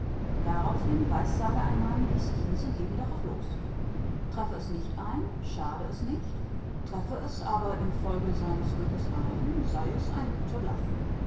daraufhin weissage ein mann wie stefenson eben darauflos treffe es nicht ein schade es nicht treffe es aber infolge seines glückes ein sei es ein guter